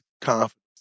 confidence